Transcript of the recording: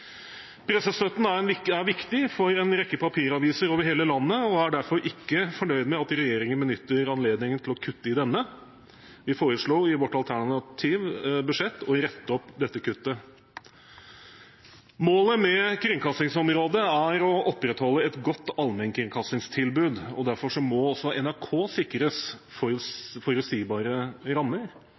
Pressestøtten er viktig for en rekke papiraviser over hele landet, og de er derfor ikke fornøyd med at regjeringen benytter anledningen til å kutte i denne. Vi foreslo i vårt alternative budsjett å rette opp dette kuttet. Målet på kringkastingsområdet er å opprettholde et godt allmennkringkastingstilbud. Derfor må NRK sikres forutsigbare rammer.